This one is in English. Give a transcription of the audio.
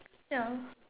ya